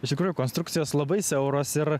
iš tikrųjų konstrukcijos labai siauros ir